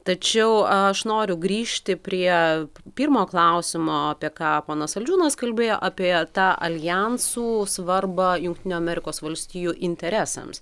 tačiau aš noriu grįžti prie pirmo klausimo apie ką ponas saldžiūnas kalbėjo apie tą aljansų svarbą jungtinių amerikos valstijų interesams